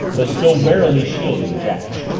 though still warily shielding jack.